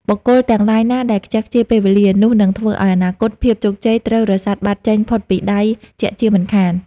បុគ្គលទាំងឡាយណាដែលខ្ជះខ្ជាយពេលវេលា នោះនឹងធ្វើឲ្យអនាគត ភាពជោគជ័យត្រូវរសាត់បាត់ចេញផុតពីដៃជាក់ជាមិនខាន។